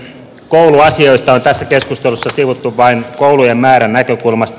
kouluasioita on tässä keskustelussa sivuttu vain koulujen määrän näkökulmasta